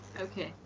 okay